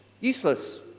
useless